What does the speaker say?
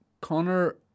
Connor